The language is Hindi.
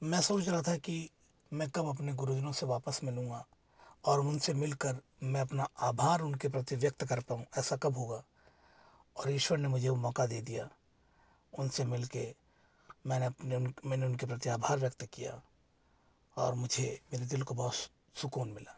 मैं सोच रहा था कि मैं कब अपने गुरुजनों से वापस मिलूँगा और उसने मिलकर मैं अपना आभार उनके प्रति व्यक्त कर पाऊं ऐसा कब होगा और ईश्वर ने मुझे वो मौका दे दिया उनसे मिलकर मैंने मैंने मैंने उनके प्रति आभार व्यक्त किया और मुझे मेरे दिल को बहुत सुकून मिला